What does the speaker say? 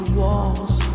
walls